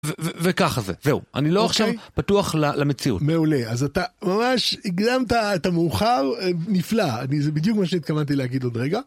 וככה זה זהו אני לא עכשיו פתוח ל...למציאות. מעולה, אז אתה ממש הקדמת את המאוחר, נפלא, אני זה בדיוק מה שהתכוונתי להגיד עוד רגע.